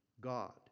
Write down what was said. God